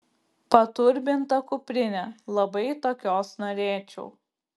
paturbinta kuprinė labai tokios norėčiau